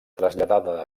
traslladada